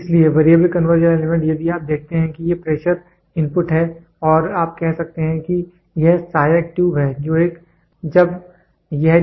इसलिए variable conversion element यदि आप देखते हैं कि ये प्रेशर इनपुट हैं और आप कह सकते हैं कि यह सहायक ट्यूब है जो एक कॉइल्ड स्प्रिंग है